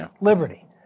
liberty